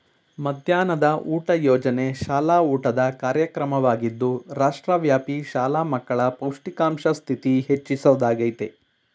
ಮಧ್ಯಾಹ್ನದ ಊಟ ಯೋಜನೆ ಶಾಲಾ ಊಟದ ಕಾರ್ಯಕ್ರಮವಾಗಿದ್ದು ರಾಷ್ಟ್ರವ್ಯಾಪಿ ಶಾಲಾ ಮಕ್ಕಳ ಪೌಷ್ಟಿಕಾಂಶ ಸ್ಥಿತಿ ಹೆಚ್ಚಿಸೊದಾಗಯ್ತೆ